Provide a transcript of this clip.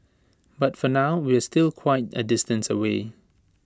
but for now we're still quite A distance away